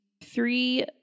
three